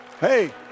Hey